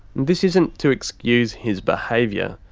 this isn't to excuse his behaviour,